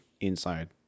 inside